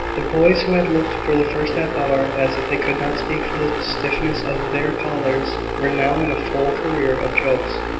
the boys, who had looked for the first half-hour as if they could not speak for the stiffness of their collars, were now in a full career of jokes,